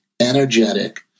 energetic